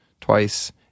twice